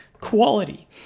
quality